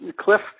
Cliff